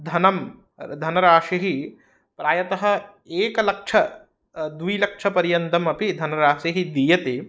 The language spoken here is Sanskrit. धनं धनराशिः प्रायतः एकलक्ष द्विलक्षपर्यन्तमपि धनराशिः दीयते